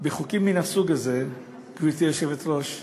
בחוקים מן הסוג הזה, גברתי היושבת-ראש,